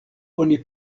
oni